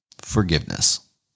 forgiveness